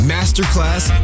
Masterclass